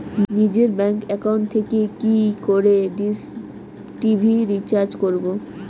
নিজের bank account থেকে কি করে ডিশ টি.ভি রিচার্জ করবো?